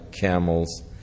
camels